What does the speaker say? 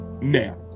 now